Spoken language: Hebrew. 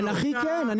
אנכי כן אופקי לא.